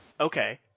Okay